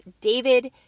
david